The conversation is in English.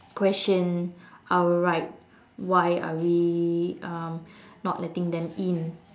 question our right why are we um not letting them in